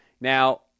Now